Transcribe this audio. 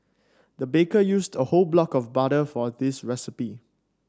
the baker used a whole block of butter for this recipe